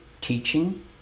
teaching